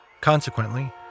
Consequently